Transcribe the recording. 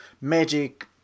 magic